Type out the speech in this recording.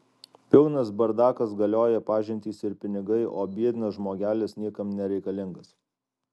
pilnas bardakas galioja pažintys ir pinigai o biednas žmogelis niekam nereikalingas